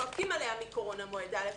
צועקים עליה מקורונה מועד א',